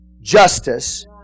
justice